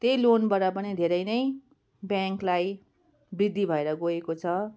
त्यही लोनबाट पनि धेरै नै ब्याङ्कलाई वृद्धि भएर गएको छ